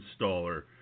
installer